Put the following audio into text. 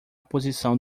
posição